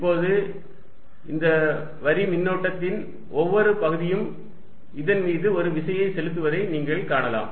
இப்போது இந்த வரி மின்னோட்டத்தின் ஒவ்வொரு பகுதியும் இதன்மீது ஒரு விசையை செலுத்துவதை நீங்கள் காணலாம்